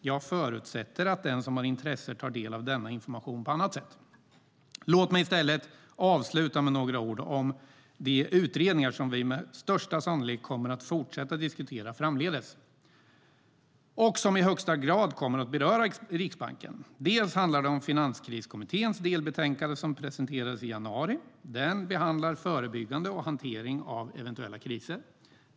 Jag förutsätter att den som har intresse tar del av denna information på annat sätt. Låt mig i stället avsluta med några ord om de utredningar som vi med största sannolikhet kommer att fortsätta diskutera framdeles och som i högsta grad kommer att beröra Riksbanken. Det handlar bland annat om Finanskriskommitténs delbetänkande, som presenterades i januari och behandlar förebyggande och hantering av eventuella kriser.